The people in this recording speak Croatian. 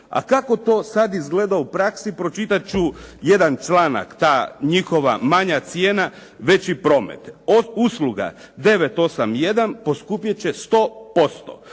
A kako to sada izgleda u praksi pročitat ću jedan članak. Ta njihova manja cijena, veći promet. Od usluga 981 poskupjet će 100%,